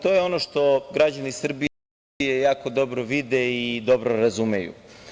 To je ono što građani Srbije jako dobro vide i dobro razumeju.